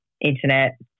internet